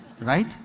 Right